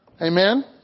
Amen